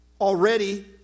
already